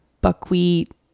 buckwheat